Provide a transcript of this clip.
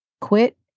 quit